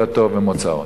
דתו ומוצאו.